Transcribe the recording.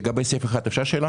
לגבי סעיף (1) אפשר שאלה?